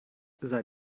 seid